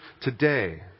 today